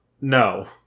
no